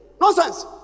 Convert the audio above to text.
Nonsense